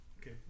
okay